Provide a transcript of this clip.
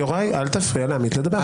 יוראי, אל תפריע לעמית לדבר.